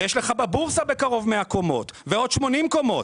ויש לך בבורסה בקרוב 100 קומות ועוד 80 קומות.